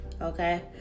okay